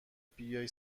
بیای